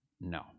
No